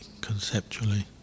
conceptually